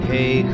Hey